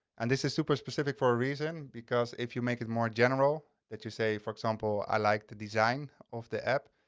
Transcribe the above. and this is super specific for a reason, because if you make it more general that you say for example, i liked the design of the app,